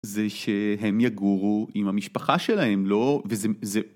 זה שהם יגורו עם המשפחה שלהם, לא... וזה